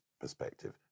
perspective